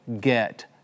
get